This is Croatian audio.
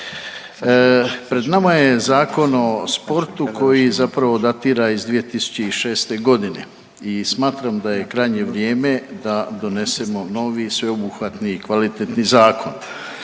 Pred nama je Zakon o sportu koji zapravo datira iz 2006. godine i smatram da je krajnje vrijeme da donesemo novi sveobuhvatni kvalitetni zakon.